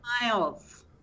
miles